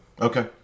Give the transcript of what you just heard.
okay